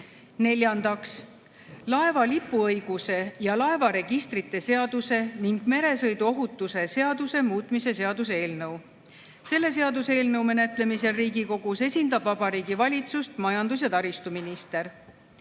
Neljandaks, laeva lipuõiguse ja laevaregistrite seaduse ning meresõiduohutuse seaduse muutmise seaduse eelnõu. Selle seaduseelnõu menetlemisel Riigikogus esindab Vabariigi Valitsust majandus- ja taristuminister.